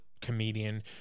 comedian